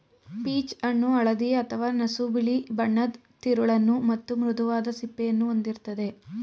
peach ಹಣ್ಣು ಹಳದಿ ಅಥವಾ ನಸುಬಿಳಿ ಬಣ್ಣದ್ ತಿರುಳನ್ನು ಮತ್ತು ಮೃದುವಾದ ಸಿಪ್ಪೆಯನ್ನು ಹೊಂದಿರ್ತದೆ